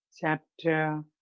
Chapter